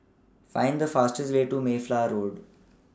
Find The fastest Way to Mayflower Road